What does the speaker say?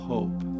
Hope